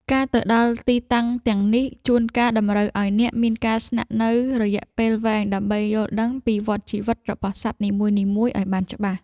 ការទៅដល់ទីតាំងទាំងនេះ ជួនកាលតម្រូវឱ្យអ្នកមានការស្នាក់នៅរយៈពេលវែងដើម្បីយល់ដឹងពីវដ្តជីវិតរបស់សត្វនីមួយៗឱ្យបានច្បាស់។